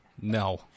No